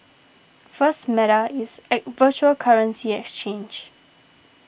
first Meta is a virtual currency exchange